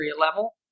level